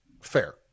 fair